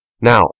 Now